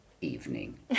evening